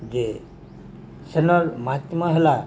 ଯେ ସେନର୍ ମାହାତ୍ମ୍ୟ ହେଲା